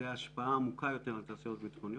זו ההשפעה העמוקה יותר על התעשיות הביטחוניות,